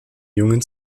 jungen